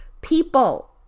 people